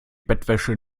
bettwäsche